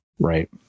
Right